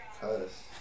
Cause